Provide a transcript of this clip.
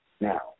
now